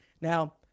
Now